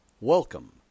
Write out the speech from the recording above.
Welcome